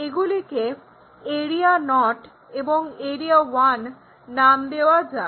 এগুলিকে area naught এবং area 1 নাম দেওয়া যাক